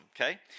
Okay